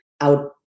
out